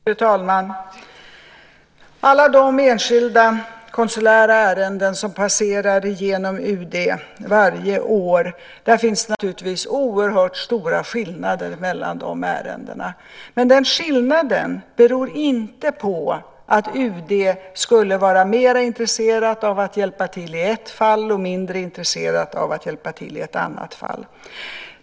Fru talman! Det finns naturligtvis oerhört stora skillnader mellan alla de enskilda konsulära ärenden som varje år passerar genom UD. Men skillnaderna beror inte på att UD skulle vara mer intresserat av att hjälpa till i ett fall och mindre intresserat i fråga om ett annat fall.